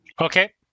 Okay